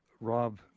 Rob